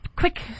Quick